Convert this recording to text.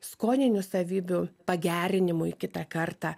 skoninių savybių pagerinimui kitą kartą